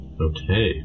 Okay